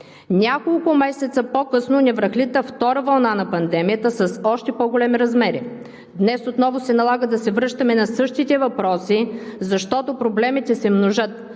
Няколко месеца по-късно ни връхлита втора вълна на пандемията с още по-големи размери. Днес отново се налага да се връщаме на същите въпроси, защото проблемите се множат,